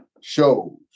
shows